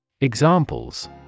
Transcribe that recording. Examples